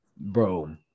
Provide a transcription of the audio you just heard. Bro